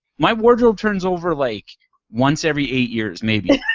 my wardrobe turns over like once every eight years, maybe.